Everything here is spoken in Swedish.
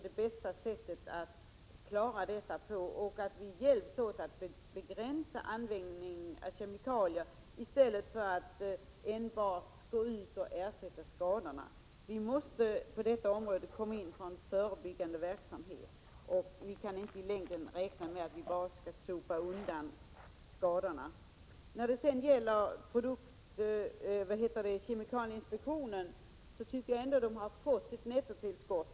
Det bästa sättet att klara detta på är att vi hjälps åt att begränsa användningen av kemikalier i stället för att enbart gå ut och ersätta skadorna. Vi måste på detta område komma in med förebyggande verksamhet. I längden kan vi inte räkna med att bara sopa undan skadorna. Kemikalieinspektionen tycker jag ändå har fått ett nettotillskott.